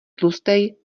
tlustej